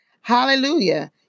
Hallelujah